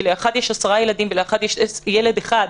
לאחד יש עשרה ילדים ולאחד יש ילד אחד,